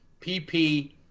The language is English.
PP